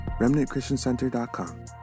remnantchristiancenter.com